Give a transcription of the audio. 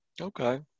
Okay